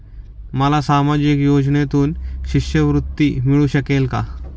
मला सामाजिक योजनेतून शिष्यवृत्ती मिळू शकेल का?